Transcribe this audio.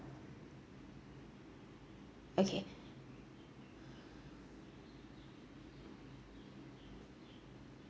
okay